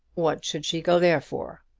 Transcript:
what should she go there for?